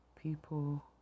people